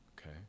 Okay